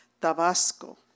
Tabasco